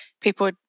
people